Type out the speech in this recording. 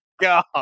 God